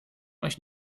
euch